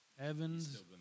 Evans